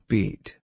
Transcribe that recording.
Beat